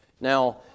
Now